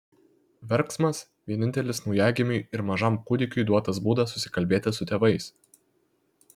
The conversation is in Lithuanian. verksmas vienintelis naujagimiui ir mažam kūdikiui duotas būdas susikalbėti su tėvais